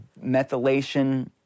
methylation